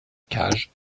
cage